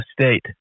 State